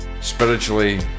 spiritually